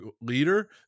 leader